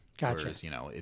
Gotcha